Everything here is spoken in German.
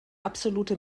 absolute